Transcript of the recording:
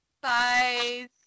Bye